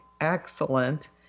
excellent